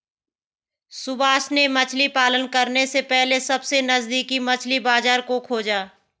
सुभाष ने मछली पालन करने से पहले सबसे नजदीकी मछली बाजार को खोजा